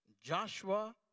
Joshua